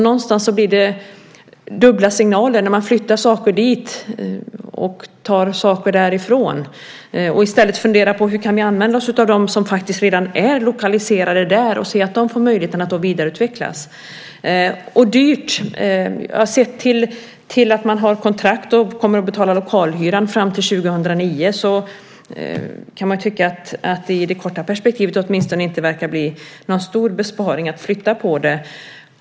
Någonstans blir det dubbla signaler när man flyttar saker dit och tar saker därifrån. I stället borde man fundera på hur man kan använda sig av dem som redan är lokaliserade där och se till att de får möjlighet att vidareutvecklas. Beträffande att det skulle vara dyrt så kan man, med tanke på att det finns kontrakt och att det kommer att betalas lokalhyra fram till 2009, tycka att det åtminstone i det korta perspektivet inte verkar bli någon stor besparing att flytta på detta.